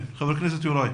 כן, חבר הכנסת יוראי.